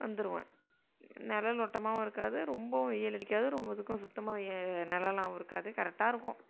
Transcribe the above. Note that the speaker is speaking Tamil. வந்துடுவேன் நிழலோட்டமாவும் இருக்காது ரொம்பவும் வெயில் அடிக்காது அதுக்கும் சுத்தமாக நிழலாவும் இருக்காது கரக்ட்டா இருக்கும்